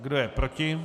Kdo je proti?